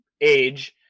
age